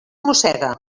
mossega